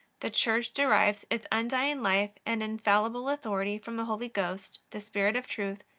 the church derives its undying life and infallible authority from the holy ghost, the spirit of truth,